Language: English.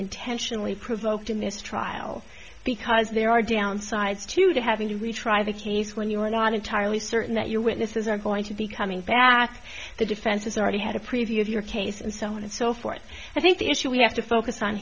intentionally provoked in this trial because there are downsides to the having to retry the case when you are not entirely certain that you witnesses are going to be coming back to the defense has already had a preview of your case and so on and so forth i think the issue we have to focus on